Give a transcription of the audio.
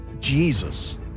Jesus